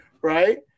Right